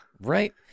Right